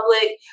public